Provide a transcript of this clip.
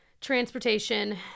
transportation